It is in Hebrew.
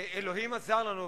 אלוהים עזר לנו,